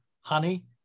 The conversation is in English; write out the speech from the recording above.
Honey